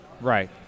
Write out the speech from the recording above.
Right